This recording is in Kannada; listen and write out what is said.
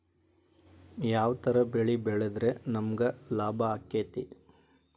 ಯಾವ ತರ ಬೆಳಿ ಬೆಳೆದ್ರ ನಮ್ಗ ಲಾಭ ಆಕ್ಕೆತಿ?